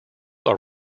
are